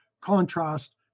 contrast